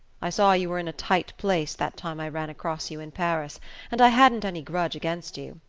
i saw you were in a tight place that time i ran across you in paris and i hadn't any grudge against you.